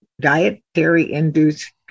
Dietary-induced